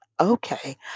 Okay